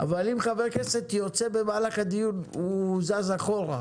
אבל אם חבר כנסת יוצא במהלך הדיון, הוא זז אחורה.